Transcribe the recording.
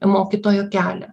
mokytojo kelią